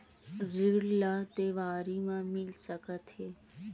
ऋण ला देवारी मा मिल सकत हे